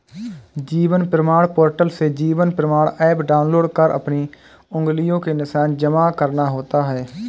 जीवन प्रमाण पोर्टल से Jeevan Pramaan app download कर अपनी उंगलियों के निशान जमा करना होता है